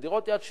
דירות יד שנייה,